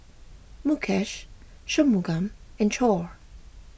Mukesh Shunmugam and Choor